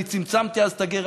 אני צמצמתי אז את הגירעון,